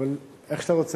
איך שאתה רוצה.